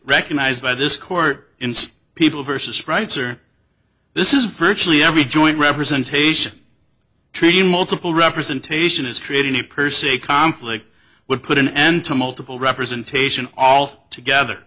recognized by this court instead people versus rights or this is virtually every joint representation treaty multiple representation is created a person a conflict would put an end to multiple representation all together